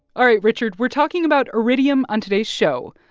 ah richard. we're talking about iridium on today's show.